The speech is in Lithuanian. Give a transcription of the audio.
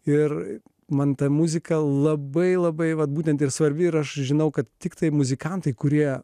ir man ta muzika labai labai vat būtent ir svarbi ir aš žinau kad tiktai muzikantai kurie